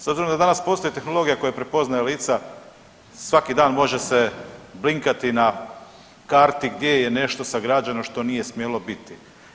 S obzirom da danas postoji tehnologija koja prepoznaje lica svaki dan može se blinkati na karti gdje je nešto sagrađeno što nije smjelo biti.